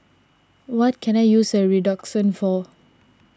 what can I use Redoxon for